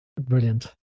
brilliant